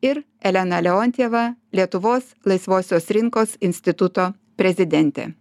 ir elena leontjeva lietuvos laisvosios rinkos instituto prezidentė